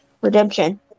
Redemption